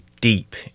deep